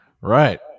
Right